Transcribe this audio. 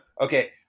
Okay